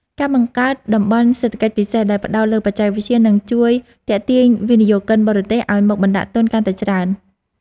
ការបង្កើតតំបន់សេដ្ឋកិច្ចពិសេសដែលផ្តោតលើបច្ចេកវិទ្យានឹងជួយទាក់ទាញវិនិយោគិនបរទេសឱ្យមកបណ្តាក់ទុនកាន់តែច្រើន។